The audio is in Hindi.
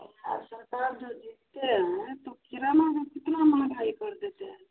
अच्छा सरकार जो जीतते हैं तो किराना का कितना महँगाई कर देते हैं